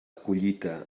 collita